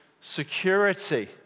security